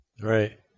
Right